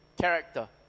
character